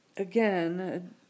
Again